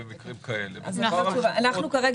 אז התיקון הראשון שעליו אנחנו מדברים,